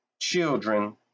children